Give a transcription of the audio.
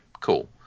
cool